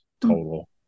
total